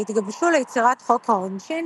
והתגבשו ליצירת חוק העונשין,